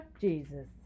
Jesus